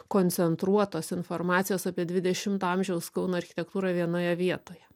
koncentruotos informacijos apie dvidešimto amžiaus kauno architektūrą vienoje vietoje